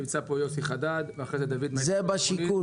נמצא פה יוסי חדד, ואחרי זה דוד --- זה בשיכון.